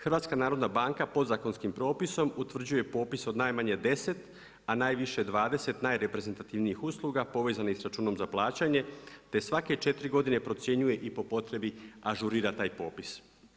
HNB podzakonskim propisom utvrđuje popis od najmanje 10 a najviše 20 najreprezentativnijih usluga povezanih sa računom za plaćanje te svake četiri godine procjenjuje i po potrebni ažurira taj popis.